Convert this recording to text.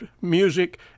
music